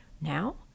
now